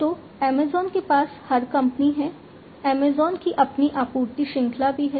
तो अमेज़ॅन के पास हर कंपनी है अमेज़न की अपनी आपूर्ति श्रृंखला भी है